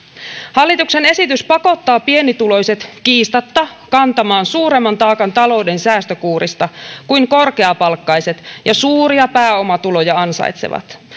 hallituksen esitys pakottaa pienituloiset kiistatta kantamaan suuremman taakan talouden säästökuurista kuin korkeapalkkaiset ja suuria pääomatuloja ansaitsevat